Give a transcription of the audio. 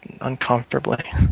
uncomfortably